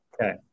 Okay